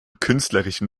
künstlerischen